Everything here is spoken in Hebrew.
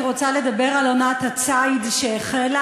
אני רוצה לדבר על עונת הציד שהחלה.